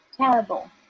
terrible